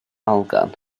elgan